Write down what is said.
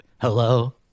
Hello